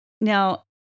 Now